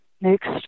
next